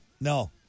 No